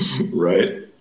Right